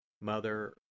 Mother